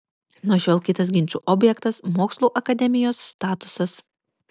nuo šiol kitas ginčų objektas mokslų akademijos statusas